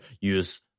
use